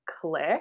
click